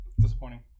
Disappointing